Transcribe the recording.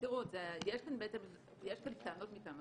כאן טענות שונות.